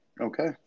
Okay